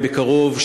בקרוב,